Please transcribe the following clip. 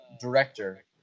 director